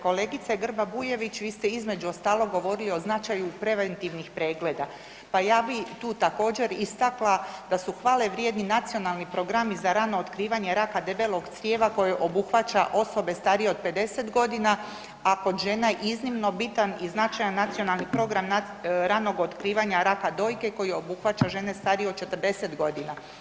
Kolegice Grba-Bujević vi ste između ostalog govorili o značaju preventivnih pregleda, pa ja bih tu također istakla da su hvale vrijedni nacionalni programi za rano otkrivanje raka debelog crijeva koji obuhvaća osobe starije od 50 godina, a kod žena iznimno bitan i značajan Nacionalni program ranog otkrivanja raka dojke koji obuhvaća žene starije od 40 godina.